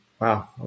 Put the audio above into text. Wow